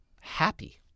happy